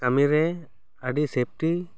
ᱠᱟᱹᱢᱤ ᱨᱮ ᱟᱹᱰᱤ ᱥᱮᱯᱷᱴᱤ